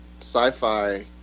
sci-fi